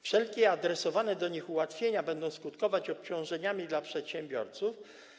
Wszelkie adresowane do nich ułatwienia będą skutkować obciążeniami dla przedsiębiorców.